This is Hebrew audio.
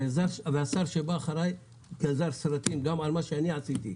והשר שבא אחריי גזר סרטים גם על מה שאני עשיתי,